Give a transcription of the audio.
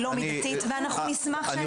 לתכלית ראויה והיא לא מידתית ואנחנו נשמח ש --- אני